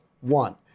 one